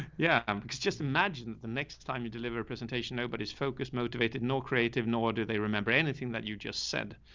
yeah. um, cause just imagine that the next time you deliver a presentation, nobody is focused, motivated, nor creative, nor do they remember anything that you just said.